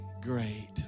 great